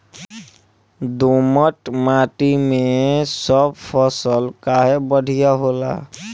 दोमट माटी मै सब फसल काहे बढ़िया होला?